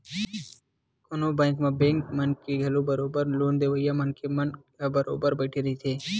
कोनो बेंक म बेंक के मन ह घलो बरोबर लोन देवइया मनखे मन ह बरोबर बइठे रहिथे